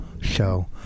show